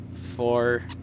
four